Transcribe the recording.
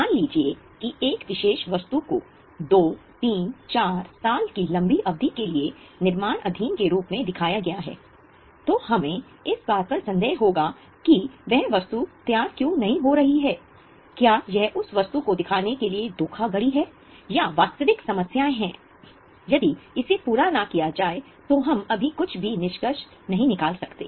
मान लीजिए कि एक विशेष वस्तु को 2 3 4 साल की लंबी अवधि के लिए निर्माणाधीन के रूप में दिखाया गया है तो हमें इस बात पर संदेह होगा कि वह वस्तु तैयार क्यों नहीं हो रही है क्या यह उस वस्तु को दिखाने के लिए धोखाधड़ी है या वास्तविक समस्याएं हैं यदि इसे पूरा न किया जाए तो हम अभी कुछ भी निष्कर्ष नहीं निकाल सकते